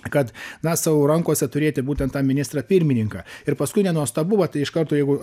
kad na savo rankose turėti būtent tą ministrą pirmininką ir paskui nenuostabu vat iš karto jeigu